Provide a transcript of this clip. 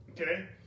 Okay